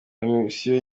komisiyo